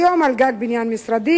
היום על גג בניין משרדים,